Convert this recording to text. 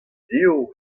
dezho